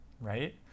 right